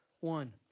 One